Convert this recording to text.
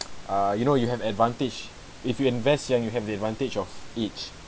uh you know you have advantage if you invest and you have the advantage of each